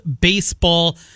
baseball